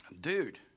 Dude